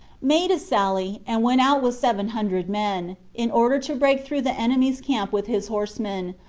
made a sally, and went out with seven hundred men, in order to break through the enemy's camp with his horsemen,